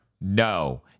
No